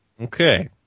Okay